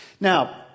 Now